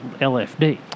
LFD